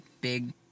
big